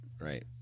Right